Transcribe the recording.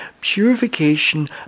purification